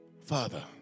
Father